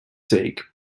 sake